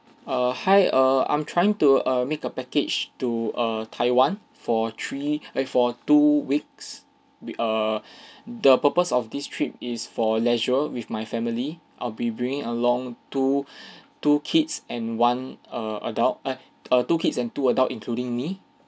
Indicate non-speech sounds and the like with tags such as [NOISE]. err hi err I'm trying to err make a package to err taiwan for three eh for two weeks err the purpose of this trip is for leisure with my family I'll be bringing along two [BREATH] two kids and one err adult eh err two kids and two adult including me